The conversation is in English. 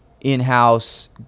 in-house